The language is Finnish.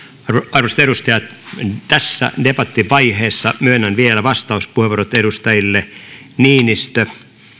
arvoisat edustajat tässä debattivaiheessa myönnän vielä vastauspuheenvuorot edustajille niinistö